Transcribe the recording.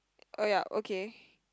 oh ya okay